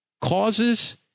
Causes